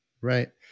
right